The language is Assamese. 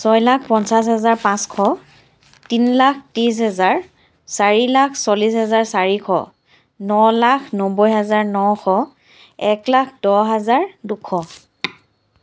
ছয় লাখ পঞ্চাছ হেজাৰ পাঁচশ তিনি লাখ ত্ৰিছ হেজাৰ চাৰি লাখ চল্লিছ হেজাৰ চাৰিশ ন লাখ নব্বৈ হেজাৰ নশ এক লাখ দহ হেজাৰ দুশ